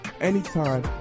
anytime